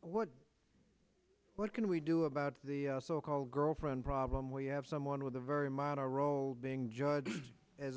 what can we do about the so called girlfriend problem where you have someone with a very minor role being judged as